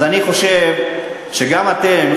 אז אני חושב שגם אתם,